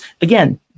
again